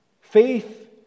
faith